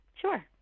Sure